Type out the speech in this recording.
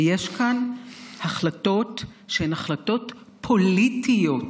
ויש כאן החלטות שהן החלטות פוליטיות,